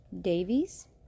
Davies